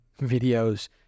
videos